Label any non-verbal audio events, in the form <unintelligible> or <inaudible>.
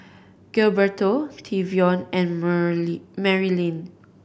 Gilberto Trevion and <unintelligible> Marylyn